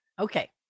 Okay